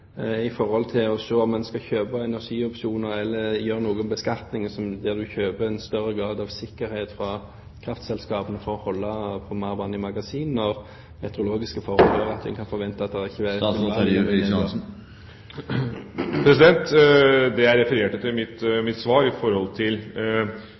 i forhold til å se på om en skal kjøpe energiopsjoner eller gjøre noe med beskatningen, der en kjøper en større grad av sikkerhet fra kraftselskapene for å holde på mer vann i magasinene når meteorologiske forhold … Det jeg refererte til i mitt svar med hensyn til odelstingsproposisjonen som jeg